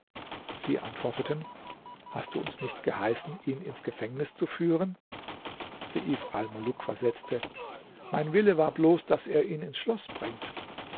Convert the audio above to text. sie antworteten hast du uns nicht geheißen ihn ins gefängnis zu führen seif almuluk versetzte meine wille war bloß daß ihr ihn ins schloß bringt